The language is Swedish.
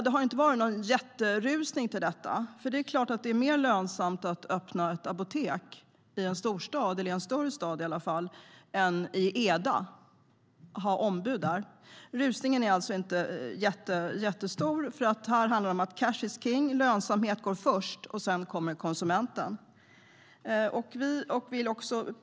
Det har inte varit någon jätterusning till detta, för det är klart att det är mer lönsamt att öppna ett apotek i en storstad eller i alla fall i en större stad än att vara apoteksombud i Eda. Rusningen är alltså inte jättestor, för här handlar det om att cash is king. Lönsamhet går först och sedan kommer konsumenten.